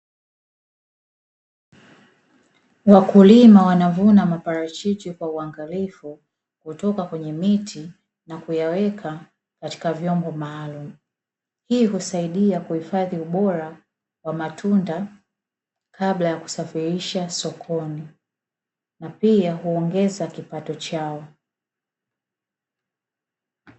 Wakulima wanavuna maparachichi kwa uangalifu kutoka kwenye miti na kuyaweka katika vyombo maalumu, hii husaidia kuhifadhi ubora wa matunda kabla ya kusafirisha sokoni na pia huongeza kipato chao.